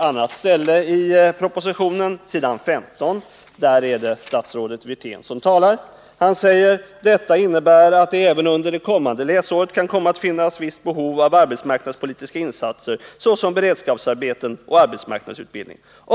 På s. 15 i propositionen säger statsrådet Wirtén: ”Detta innebär att det även under det kommande läsåret kan komma att finnas visst behov av arbetsmarknadspolitiska insatser såsom beredskapsarbeten och arbetsmarknadsutbildning.